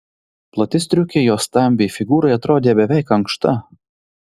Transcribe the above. plati striukė jos stambiai figūrai atrodė beveik ankšta